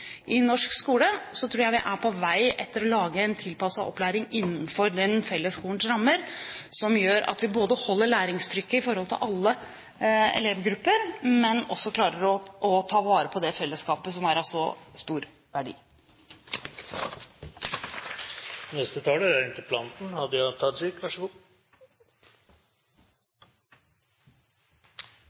i norsk skole, tror jeg vi er på vei til å lage en tilpasset opplæring innenfor fellesskolens rammer, som gjør at vi både holder læringstrykket i forhold til alle elevgrupper og også klarer å ta vare på det fellesskapet som er av så stor verdi. Jeg vil gjerne takke statsråden for en god tilbakemelding. Jeg er